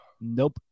Nope